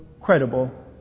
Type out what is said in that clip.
credible